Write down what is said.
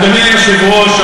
אדוני היושב-ראש,